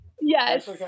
Yes